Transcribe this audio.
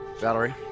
Valerie